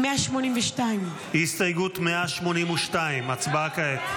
182. הסתייגות 182. הצבעה כעת.